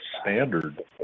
standard